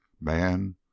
Man